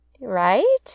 Right